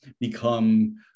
become